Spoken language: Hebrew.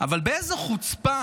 אבל באיזו חוצפה